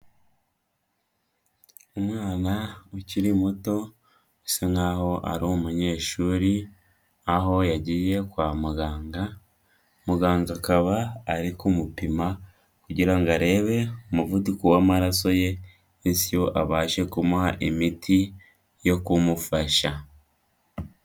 Umwana ukiri muto usa nkaho ari umunyeshuri, aho yagiye kwa muganga, muganga akaba ari kumupima kugira ngo arebe umuvuduko w'amaraso ye bityo abashe kumuha imiti yo kumufasha.